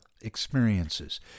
experiences